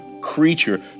creature